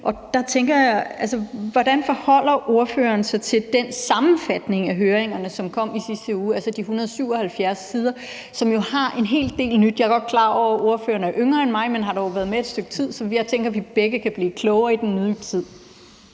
vi går ind i. Hvordan forholder ordføreren sig til den sammenfatning af høringerne, som kom i sidste uge, altså de 177 sider, som jo rummer en hel del nyt? Jeg er godt klar over, at ordføreren er yngre end mig, men han har dog været med et stykke tid, så jeg tænker, at vi begge kan blive klogere i den nye tid.